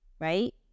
Right